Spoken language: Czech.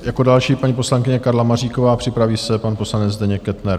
Jako další paní poslankyně Karla Maříková, připraví se pan poslanec Zdeněk Kettner.